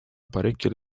apparecchio